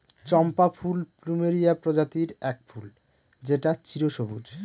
চম্পা ফুল প্লুমেরিয়া প্রজাতির এক ফুল যেটা চিরসবুজ